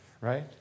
Right